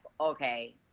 okay